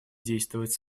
действовать